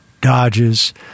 Dodges